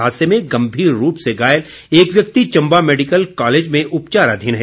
हादसे में गम्भीर रूप से घायल एक व्यक्ति चम्बा मैडिकल कॉलेज में उपचाराधीन है